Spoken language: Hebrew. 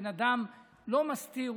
הבן אדם לא מסתיר,